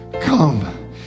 Come